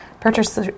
purchase